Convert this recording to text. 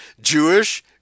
Jewish